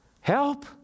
Help